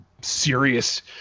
serious